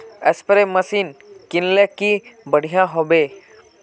Spray machine किनले की बढ़िया होबवे?